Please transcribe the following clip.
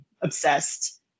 obsessed